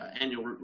annual